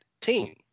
team